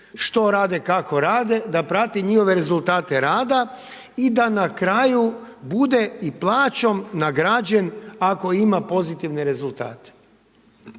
što rade kako rade da prati njihove rezultate rada i da na kraju bude i plaćom nagrađen ako ima pozitivne rezultate.